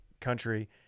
country